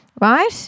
right